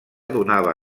donava